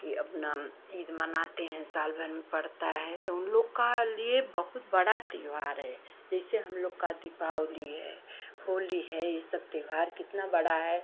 कि अपना ईद मनाते हैं साल भर में पड़ता है तो उन लोग का लिए बहुत बड़ा त्योहार है जैसे हमलोग का दीपावली है होली है यह सब त्योहार कितना बड़ा है